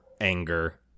anger